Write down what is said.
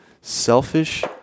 selfish